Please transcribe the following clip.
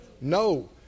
No